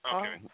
Okay